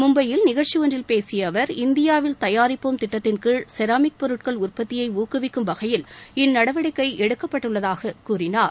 மும்பையில் நிகழ்ச்சி ஒன்றில் பேசிய அவர் இந்தியாவில் தயாரிப்போம் திட்டத்தின்கீழ் செராமிக் பொருட்கள் உற்பத்தியை ஊக்குவிக்கும் வகையில் இந்நடவடிக்கை எடுக்கப்பட்டுள்ளதாக கூறினார்